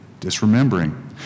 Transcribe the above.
disremembering